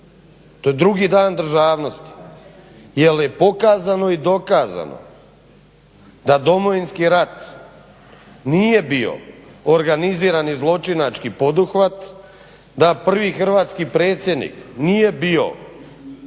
To je drugi Dan državnosti. Jer je pokazano i dokazano da Domovinski rat nije bio organizirani zločinački poduhvat, da prvi hrvatski predsjednik nije bio